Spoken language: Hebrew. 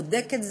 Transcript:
שבודק את זה.